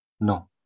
No